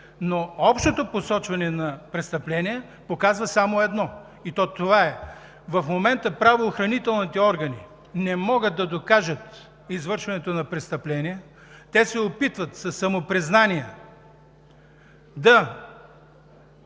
но общото посочване на престъпление показва само едно и то това е. В момента правоохранителните органи не могат да докажат извършването на престъпления, в случая те се опитват със самопризнания да